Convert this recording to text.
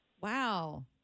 wow